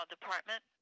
department